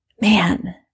man